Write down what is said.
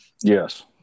Yes